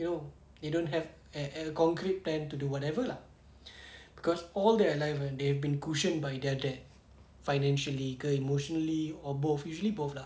you know they don't have eh eh concrete plan to do whatever lah cause all their life they've been cushion by their dad financial ke emotionally or both usually both lah